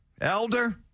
Elder